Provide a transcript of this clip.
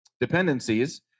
Dependencies